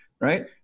right